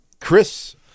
Chris